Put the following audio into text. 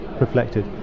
reflected